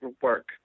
work